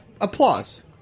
applause